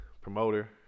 promoter